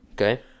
Okay